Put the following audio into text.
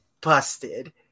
busted